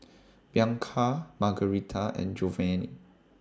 Bianca Margarita and Giovanny